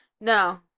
no